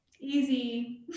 easy